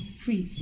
free